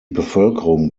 bevölkerung